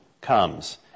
comes